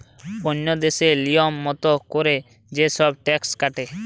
ওন্য দেশে লিয়ম মত কোরে যে সব ট্যাক্স কাটে